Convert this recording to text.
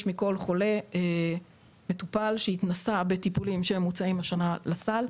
מכל חולה מטופל שהתנסה בטיפולים שמוצעים השנה לסל,